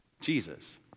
Jesus